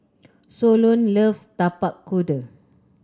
Solon loves Tapak Kuda